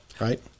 Right